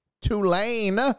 Tulane